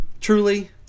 Truly